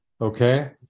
Okay